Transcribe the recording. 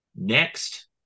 next